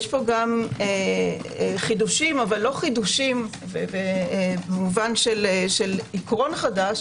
יש פה גם חידושים לא במובן של עיקרון חדש